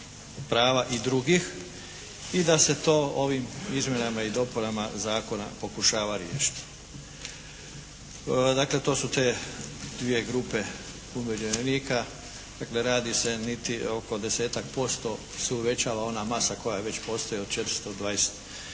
prava i drugih i da se to ovim izmjenama i dopunama Zakona pokušava riješiti. Dakle, to su te dvije grupe umirovljenik. Dakle, radi se niti oko 10-tak posto se uvećala ona masa koja već postoji od 426